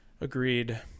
Agreed